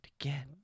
again